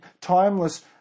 timeless